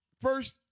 first